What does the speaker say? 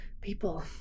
people